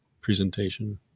Presentation